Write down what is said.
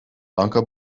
banka